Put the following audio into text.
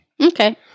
Okay